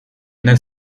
nel